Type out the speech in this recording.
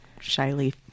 shyly